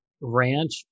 Ranch